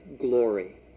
glory